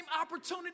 opportunity